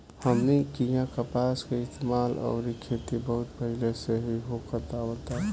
हमनी किहा कपास के इस्तेमाल अउरी खेती बहुत पहिले से ही होखत आवता